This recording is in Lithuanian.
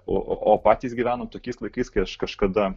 o o patys gyvenom tokiais laikais kai aš kažkada